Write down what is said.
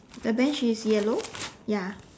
the bench is yellow ya